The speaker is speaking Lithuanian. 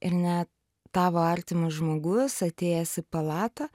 ir ne tavo artimas žmogus atėjęs į palatą